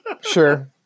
sure